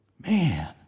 Man